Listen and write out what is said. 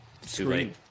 screen